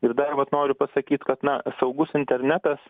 ir dar vat noriu pasakyt kad na saugus internetas